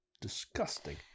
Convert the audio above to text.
disgusting